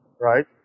right